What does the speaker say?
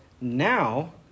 now